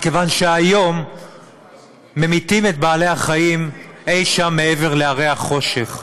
מכיוון שהיום ממיתים את בעלי-החיים אי-שם מעבר להרי החושך.